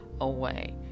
Away